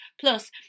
Plus